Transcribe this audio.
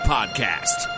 Podcast